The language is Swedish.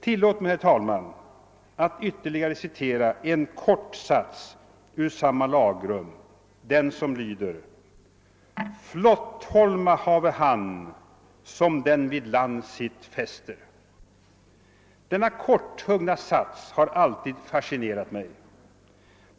Tillåt mig, herr talman, att citera ytterligare en kort sats ur samma lagrum: »Flotthol ma have han, som den vid land sitt fäster.» Denna korthuggna sats har alltid fascinerat mig.